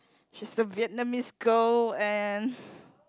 she's a Vietnamese girl and